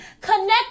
connect